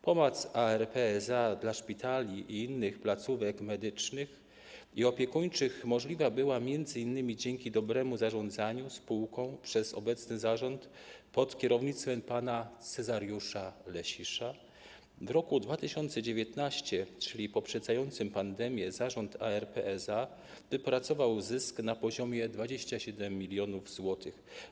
Pomoc ARP SA dla szpitali i innych placówek medycznych i opiekuńczych była możliwa m.in. dzięki dobremu zarządzaniu spółką przez obecny zarząd pod kierownictwem pana Cezariusza Lesisza w roku 2019, czyli poprzedzającym pandemię, zarząd ARP SA wypracował zysk na poziomie 27 mln zł.